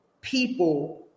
people